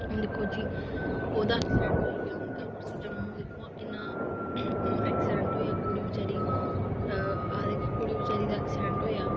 हून दिक्खो जिया ओहदा ऐक्सीडेटं होई गेआ हून कल परसों जम्मू दिक्खो हां किन्ना ऐक्सीडेंट होया कुडी बचारी आक्खदे कि कुडी बचारी दा ऐक्सीडेटं होया